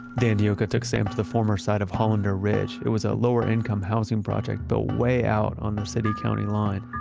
dan d'oca took sam to the former site of hollander ridge, it was a lower income housing project built way out on the city county line.